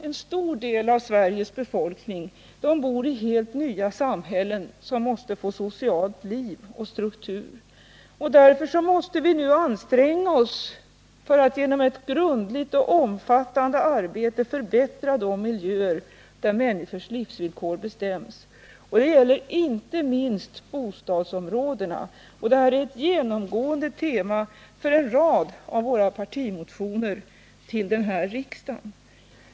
En stor del av Sveriges befolkning bor i helt nya samhällen som måste få socialt liv och struktur. Därför måste vi nu anstränga oss för att genom ett grundligt och omfattande arbete förbättra de miljöer där människornas livsvillkor bestäms. Det gäller inte minst bostadsområdena. Detta är ett genomgående tema för en rad av våra partimotioner till detta riksmöte.